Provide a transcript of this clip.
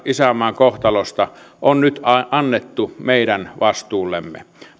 isänmaan kohtalosta on nyt annettu meidän vastuullemme